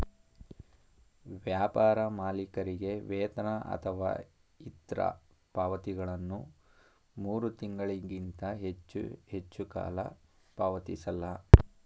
ವ್ಯಾಪಾರ ಮಾಲೀಕರಿಗೆ ವೇತನ ಅಥವಾ ಇತ್ರ ಪಾವತಿಗಳನ್ನ ಮೂರು ತಿಂಗಳಿಗಿಂತ ಹೆಚ್ಚು ಹೆಚ್ಚುಕಾಲ ಪಾವತಿಸಲ್ಲ